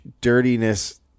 dirtiness